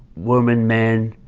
woman, man,